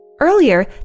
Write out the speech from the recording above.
Earlier